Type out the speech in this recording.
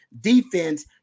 Defense